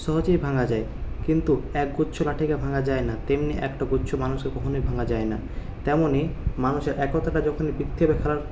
সহজেই ভাঙ্গা যায় কিন্তু এক গুচ্ছ লাঠিকে ভাঙ্গা যায় না তেমনি একটা গুচ্ছ মানুষকে কখনই ভাঙ্গা যায় না তেমনই মানুষের একতাটা যখন বৃদ্ধি পায় খেলার